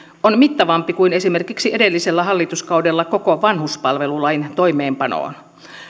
on mittavampi kuin esimerkiksi edellisellä hallituskaudella koko vanhuspalvelulain toimeenpanoon